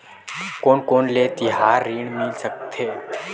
कोन कोन ले तिहार ऋण मिल सकथे?